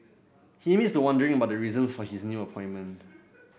he admits to wondering about the reasons for his new appointment